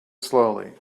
slowly